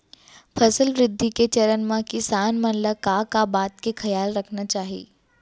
फसल वृद्धि के चरण म किसान मन ला का का बात के खयाल रखना चाही?